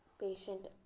patient